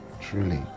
truly